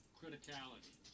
criticality